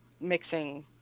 mixing